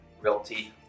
Realty